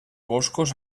boscos